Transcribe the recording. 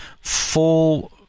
full